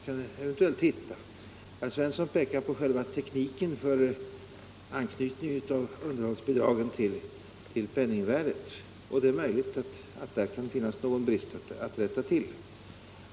Herr Svensson pekade på själva tekniken för anknytningen av underhållsbidragen till penningvärdet. Det är möjligt att där kan finnas någon brist att rätta till.